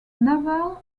naval